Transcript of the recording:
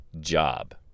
job